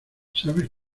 sabes